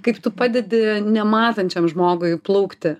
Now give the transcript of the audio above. kaip tu padedi nematančiam žmogui plaukti